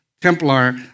Templar